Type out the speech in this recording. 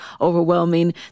overwhelming